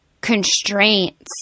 constraints